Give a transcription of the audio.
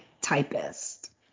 typist